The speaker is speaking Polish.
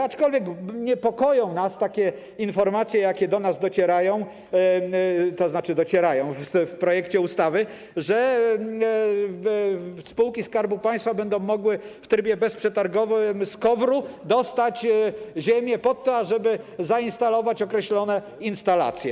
Aczkolwiek niepokoją nas takie informacje, jakie do nas docierają, to znaczy, są w projekcie ustawy, że spółki Skarbu Państwa będą mogły w trybie bezprzetargowym z KOWR-u dostać ziemię pod to, ażeby zainstalować określone instalacje.